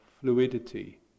fluidity